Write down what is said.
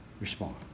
respond